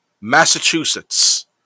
Massachusetts